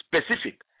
specific